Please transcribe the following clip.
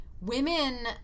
women